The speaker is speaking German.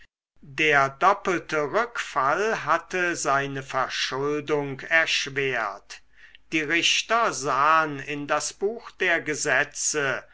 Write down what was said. der doppelte rückfall hatte seine verschuldung erschwert die richter sahen in das buch der gesetze